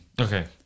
Okay